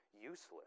useless